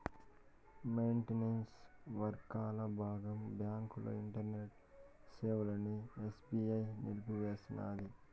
maintenance వర్కల బాగంగా బాంకుల ఇంటర్నెట్ సేవలని ఎస్బీఐ నిలిపేసినాది